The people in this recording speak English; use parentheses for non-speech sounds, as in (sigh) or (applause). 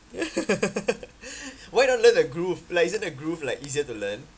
(laughs) why not learn the groove like isn't the groove like easier to learn